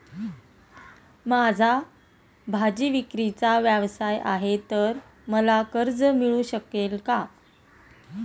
माझा भाजीविक्रीचा व्यवसाय आहे तर मला कर्ज मिळू शकेल का?